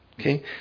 Okay